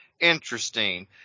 interesting